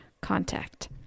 contact